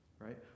Right